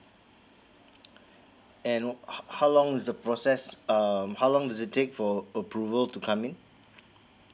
and how how long is the process um how long does it take for approval to come in